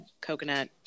coconut